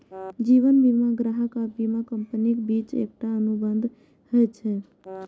जीवन बीमा ग्राहक आ बीमा कंपनीक बीच एकटा अनुबंध होइ छै